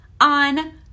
on